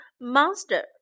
monster